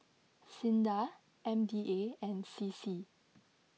Sinda M D A and C C